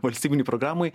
valstybinei programai